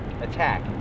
attack